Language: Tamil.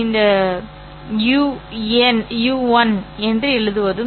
S u1 மூலம் un இடைவெளியை எஸ் என்று சொல்லலாம்